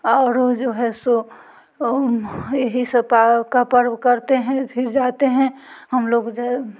और वो जो है सो यही सब पा का पर्व करते हैं फिर जाते हैं हम लोग ये